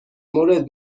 مورد